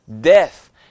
Death